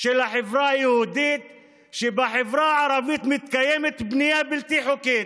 של החברה היהודית שבחברה הערבית מתקיימת בנייה בלתי חוקית,